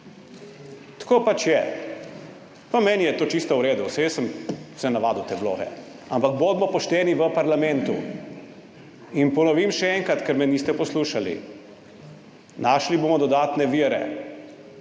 Tako pač je. Pa meni je to čisto v redu, saj jaz sem se navadil te vloge, ampak bodimo pošteni v parlamentu. Ponovim še enkrat, ker me niste poslušali. Našli bomo dodatne vire